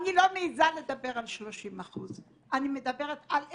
אני לא מעזה לדבר על 30%. אני מדברת על 20%,